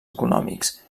econòmics